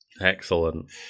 Excellent